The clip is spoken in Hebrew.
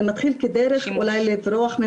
זה מתחיל כדרך אולי לברוח,